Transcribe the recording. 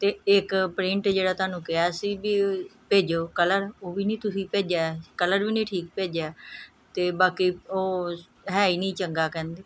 ਅਤੇ ਇੱਕ ਪ੍ਰਿੰਟ ਜਿਹੜਾ ਤੁਹਾਨੂੰ ਕਿਹਾ ਸੀ ਵੀ ਭੇਜਿਓ ਕਲਰ ਉਹ ਵੀ ਨਹੀਂ ਤੁਸੀਂ ਭੇਜਿਆ ਕਲਰ ਵੀ ਨਹੀਂ ਠੀਕ ਭੇਜਿਆ ਅਤੇ ਬਾਕੀ ਉਹ ਹੈ ਹੀ ਨਹੀਂ ਚੰਗਾ ਕਹਿੰਦੇ